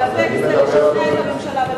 להיאבק זה לשכנע את הממשלה,